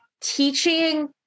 teaching